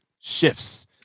shifts